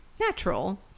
natural